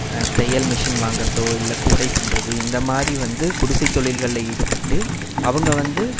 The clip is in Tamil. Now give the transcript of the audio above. தையல் மிஷின் வாங்கறதோ இல்லை கூடை பின்றது இந்த மாதிரி வந்து குடிசை தொழில்களில் ஈடுபட்டு அவங்க வந்து